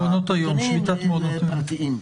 שביתת מעונות היום.